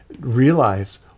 realize